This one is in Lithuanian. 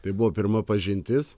tai buvo pirma pažintis